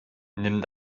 nimm